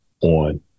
on